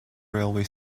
railway